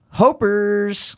hopers